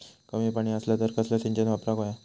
कमी पाणी असला तर कसला सिंचन वापराक होया?